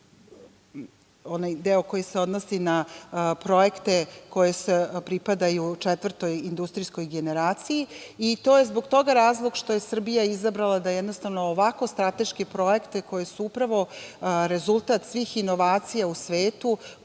onaj deo koji se odnosi na projekte koji pripadaju četvrtoj industrijskoj generaciji. To je zbog toga razlog što je Srbija izabrala da ovako strateške projekte koji su upravo rezultat svih inovacija u svetu